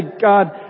God